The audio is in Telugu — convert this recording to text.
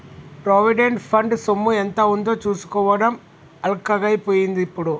ప్రొవిడెంట్ ఫండ్ సొమ్ము ఎంత ఉందో చూసుకోవడం అల్కగై పోయిందిప్పుడు